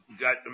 got